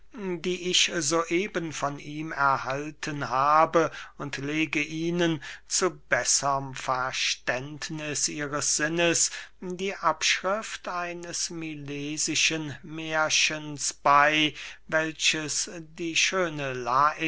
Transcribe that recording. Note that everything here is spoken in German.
die ich so eben von ihm erhalten habe und lege ihnen zu besserm verständniß ihres sinnes die abschrift eines milesischen mährchens bey welches die schöne